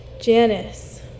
Janice